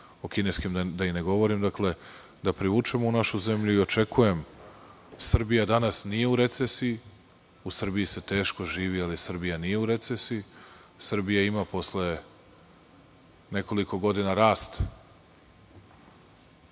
o kineskim da i ne govorim, da privučemo u našu zemlju. Srbija danas nije u recesiji. U Srbiji se teško živi, ali Srbija nije u recesiji. Srbija ima posle nekoliko godina rast